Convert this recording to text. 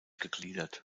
gegliedert